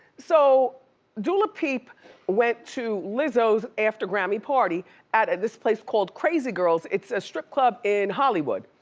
so dula peep went to lizzo's after grammy party at at this place called crazy girls. it's a strip club in hollywood,